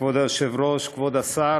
כבוד היושב-ראש, כבוד השר,